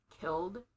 killed